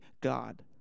God